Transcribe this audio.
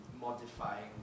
modifying